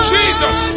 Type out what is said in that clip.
Jesus